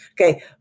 Okay